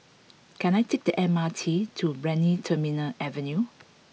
can I take the M R T to Brani Terminal Avenue